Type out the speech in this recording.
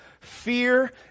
fear